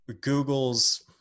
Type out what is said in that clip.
Google's